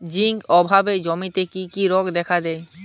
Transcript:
Zinc অভাবে জমিতে কি কি রোগ দেখাদেয়?